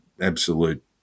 absolute